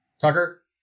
Tucker